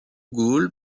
gaulle